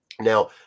Now